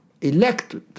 elected